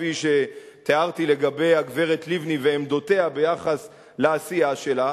כפי שתיארתי לגבי הגברת לבני ועמדותיה ביחס לעשייה שלה,